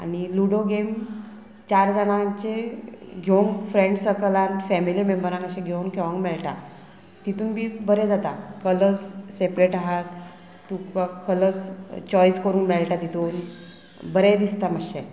आनी ludo game चार जाणांचे घेवंक फ्रेंड सर्कलान फॅमिली मेम्बरान अशें घेवन खेळोंक मेळटा तितून बी बरें जाता कलर्स सेपरेट आहात तुका कलर्स चॉयस करूंक मेळटा तितून बरें दिसता मातशें